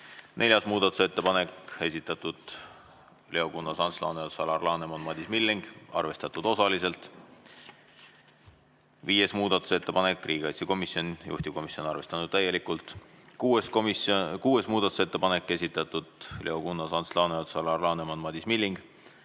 Neljas muudatusettepanek, esitanud Leo Kunnas, Ants Laaneots, Alar Laneman ja Madis Milling, arvestatud osaliselt. Viies muudatusettepanek, riigikaitsekomisjonilt, juhtivkomisjon on arvestanud täielikult. Kuues muudatusettepanek, esitanud Leo Kunnas, Ants Laaneots, Alar Laneman ja Madis Milling,